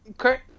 Okay